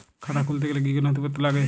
খাতা খুলতে গেলে কি কি নথিপত্র লাগে?